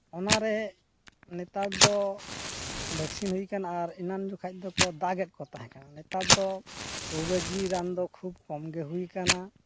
ᱚᱱᱟ ᱨᱮ ᱱᱮᱛᱟᱨ ᱫᱚ ᱵᱷᱮᱠᱥᱤᱱ ᱦᱩᱭ ᱠᱟᱱᱟ ᱟᱨ ᱮᱱᱟᱱ ᱡᱚᱠᱷᱟᱡ ᱫᱚᱠᱚ ᱫᱟᱜ ᱮᱫ ᱠᱚ ᱛᱟᱦᱮᱸᱠᱟᱱᱟ ᱱᱮᱛᱟᱨ ᱫᱚ ᱠᱩᱵᱤᱨᱟᱹᱡᱤ ᱨᱟᱱ ᱫᱚ ᱠᱷᱩᱵ ᱠᱚᱢ ᱜᱮ ᱦᱩᱭ ᱟᱠᱟᱱᱟ